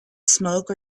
smoke